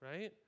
right